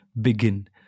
begin